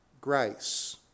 grace